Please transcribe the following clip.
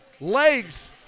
legs